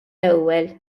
ewwel